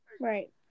right